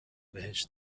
بهش